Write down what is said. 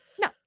No